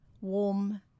warm